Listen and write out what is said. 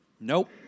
Nope